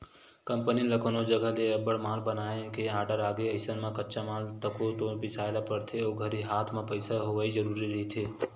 company ल कोनो जघा ले अब्बड़ माल बनाए के आरडर आगे अइसन म कच्चा माल तको तो बिसाय ल परथे ओ घरी हात म पइसा होवई जरुरी रहिथे